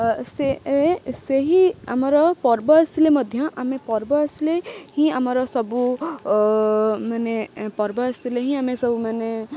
ସେ ସେହି ଆମର ପର୍ବ ଆସିଲେ ମଧ୍ୟ ଆମେ ପର୍ବ ଆସିଲେ ହିଁ ଆମର ସବୁ ମାନେ ପର୍ବ ଆସିଲେ ହିଁ ଆମେ ସବୁ ମାନେ